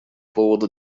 поводу